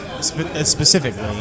specifically